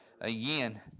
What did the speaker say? again